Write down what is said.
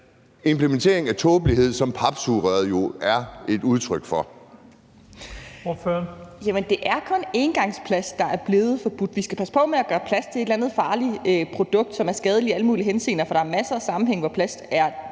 Lahn Jensen): Ordføreren. Kl. 15:15 Mette Abildgaard (KF): Det er kun engangsplast, der er blevet forbudt. Vi skal passe på med at gøre plast til et eller andet farligt produkt, som er skadeligt i alle mulige henseender, for der er masser af sammenhænge, hvor plast er